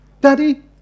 Daddy